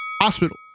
hospital